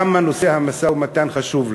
כמה נושא המשא-ומתן חשוב לו.